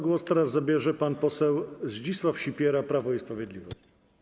Głos teraz zabierze pan poseł Zdzisław Sipiera, Prawo i Sprawiedliwość.